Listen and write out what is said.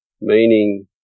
meaning